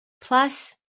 plus